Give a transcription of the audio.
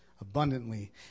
abundantly